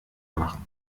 machen